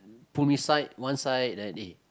pull me side one side then eh